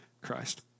Christ